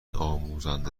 آموزنده